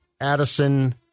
Addison